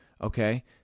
Okay